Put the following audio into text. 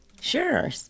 Sure